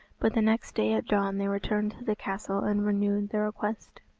but the next day at dawn they returned to the castle and renewed their request.